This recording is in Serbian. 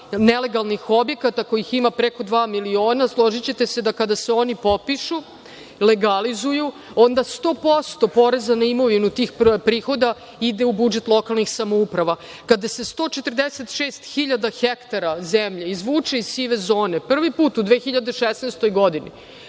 nelegalnih objekata, kojih ima preko dva miliona. Složićete se da kada se oni popišu, legalizuju, onda 100% poreza na imovinu tih prihoda ide u budžet lokalnih samouprava. Kada se 146 hiljada hektara zemlje izvuče iz sive zone, prvi put u 2016. godini,